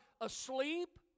asleep